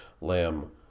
Lamb